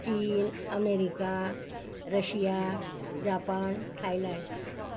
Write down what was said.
China America Russia Japan Thailand